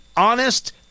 Honest